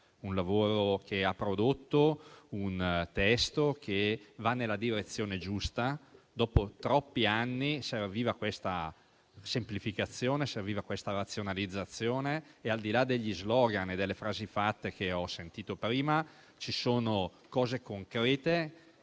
puntuale e ha prodotto un testo che va nella direzione giusta. Dopo troppi anni servivano semplificazione e razionalizzazione. Al di là degli *slogan* e delle frasi fatte che ho sentito prima, ci sono misure concrete